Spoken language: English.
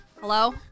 Hello